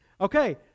Okay